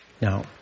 Now